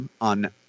on